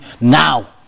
now